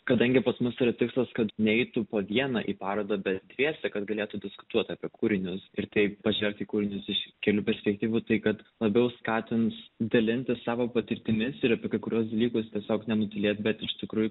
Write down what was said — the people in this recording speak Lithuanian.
kadangi pas mus yra tikslas kad neitų po vieną į parodą bet dviese kad galėtų diskutuot apie kūrinius ir taip pažvelgti į kūrinius iš kelių perspektyvų tai kad labiau skatins dalintis savo patirtimis ir apie kai kuriuos dalykus tiesiog nenutylėt bet iš tikrųjų